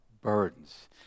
burdens